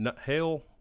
hell